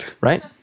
right